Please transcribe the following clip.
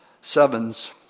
sevens